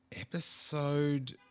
Episode